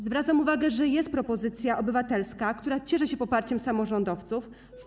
Zwracam uwagę, że jest propozycja obywatelska, która cieszy się poparciem samorządowców